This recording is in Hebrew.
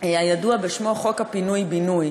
הידוע בשם חוק פינוי-בינוי.